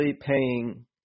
paying –